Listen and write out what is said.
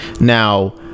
now